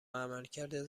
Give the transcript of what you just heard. عملکرد